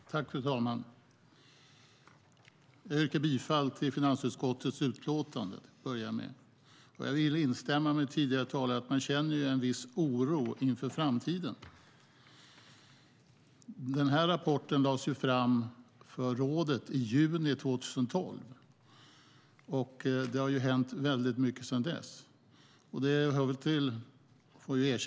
Fru talman! Jag yrkar till att börja med bifall till finansutskottets utlåtande, och jag vill instämma i vad tidigare talare har sagt om att man känner en viss oro inför framtiden. Den här rapporten lades fram för rådet i juni 2012, och det har hänt mycket sedan dess.